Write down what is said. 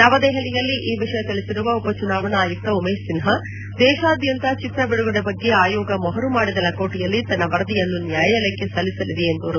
ನವದೆಹಲಿಯಲ್ಲಿ ಈ ವಿಷಯ ತಿಳಿಸಿರುವ ಉಪ ಚುನಾವಣಾ ಆಯುಕ್ತ ಉಮೇಶ್ ಸಿನ್ಲಾ ದೇಶಾದ್ಯಂತ ಚಿತ್ರ ಬಿಡುಗಡೆ ಬಗ್ಗೆ ಆಯೋಗ ಮೊಹರು ಮಾಡಿದ ಲಕೋಟೆಯಲ್ಲಿ ತನ್ನ ವರದಿಯನ್ನು ನ್ಯಾಯಾಲಯಕ್ಸೆ ಸಲ್ಲಿಸಲಿದೆ ಎಂದರು